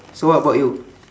so what about you